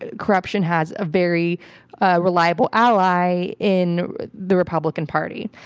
ah corruption has a very reliable ally in the republican party,